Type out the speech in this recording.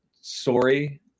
sorry